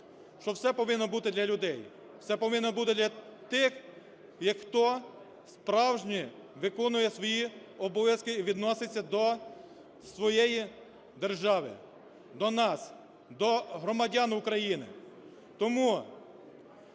що все повинно бути для людей, все повинно бути для тих, як хтосправжньо виконує свої обов'язки і відноситься до своєї держави, до нас, до громадян України. Тому